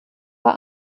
war